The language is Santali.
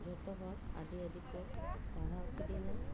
ᱡᱚᱛᱚ ᱦᱚᱲ ᱟᱹᱰᱤ ᱟᱹᱰᱤ ᱠᱚ ᱥᱟᱨᱦᱟᱣ ᱠᱤᱫᱤᱧᱟ ᱟᱨ ᱡᱚᱛᱚ ᱦᱚᱲ